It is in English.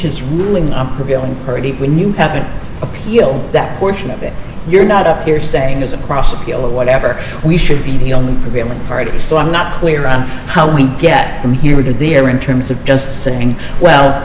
his ruling on prevailing purdie when you have an appeal that portion of it you're not up here saying there's a cross appeal of whatever we should be the only prevailing party so i'm not clear on how we get from here to there in terms of just saying well